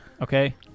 okay